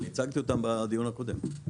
אני הצגתי אותם בדיון הקודם.